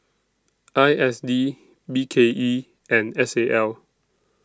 I S D B K E and S A L